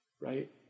right